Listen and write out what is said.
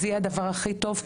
זה יהיה הדבר הכי טוב.